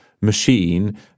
machine